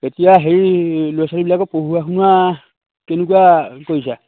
এতিয়া সেই ল'ৰা ছোৱালীবিলাকক পঢ়োৱা শুনোৱা কেনেকুৱা কৰিছা